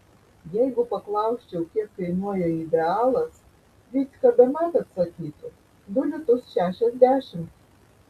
jeigu paklausčiau kiek kainuoja idealas vycka bemat atsakytų du litus šešiasdešimt